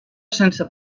sense